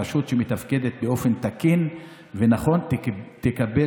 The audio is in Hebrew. רשות שמתפקדת באופן תקין ונכון תקבל